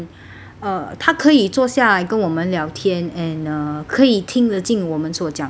uh 他可以坐下来跟我们聊天 and uh 可以听的进我们所讲的话